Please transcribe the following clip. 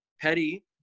petty